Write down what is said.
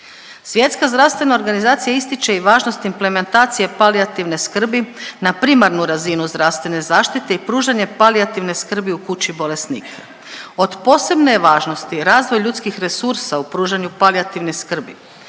Svjetska zdravstvena organizacija ističe i važnost implementacije palijativne skrbi na primarnu razinu zdravstvene zaštite i pružanje palijativne skrbi u kući bolesnika. Od posebne je važnost razvoj ljudskih resursa u pružanju palijativne skrbi.